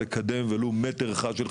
זה ברור אבל לפעמים כדי לעבור את משרד